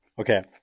Okay